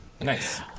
Nice